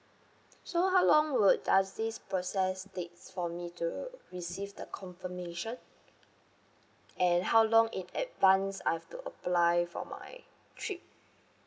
so how long will does this process takes for me to receive the confirmation and how long in advance I've to apply for my trip